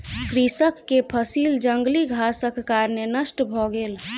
कृषक के फसिल जंगली घासक कारणेँ नष्ट भ गेल